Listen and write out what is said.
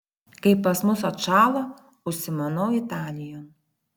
kai pas mus atšąla užsimanau italijon